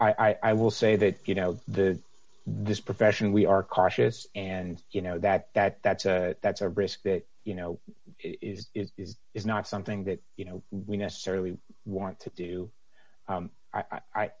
know i will say that you know that this profession we are cautious and you know that that that's a that's a risk that you know is it is not something that you know we necessarily want to do